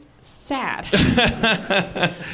sad